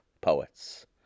poets